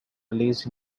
released